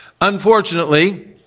Unfortunately